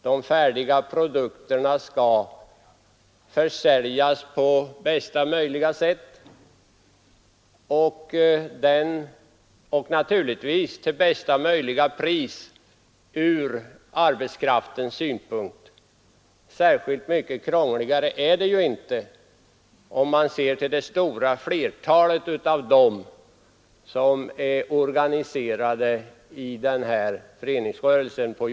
De färdiga produkterna skall försäljas på bästa möjliga sätt och naturligtvis till bästa möjliga pris ur arbetskraftens synpunkt. Särskilt mycket krångligare är det ju inte, om man ser till det stora flertalet av dem som är organiserade i jordbrukets föreningsrörelse.